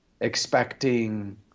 expecting